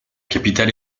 capitale